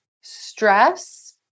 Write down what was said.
stress